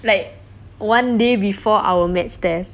like one day before our maths test